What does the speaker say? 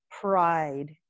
Pride